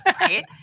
right